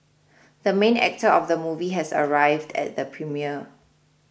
the main actor of the movie has arrived at the premiere